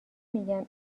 میگن